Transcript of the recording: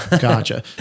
Gotcha